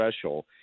special